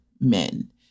men